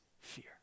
fear